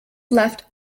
left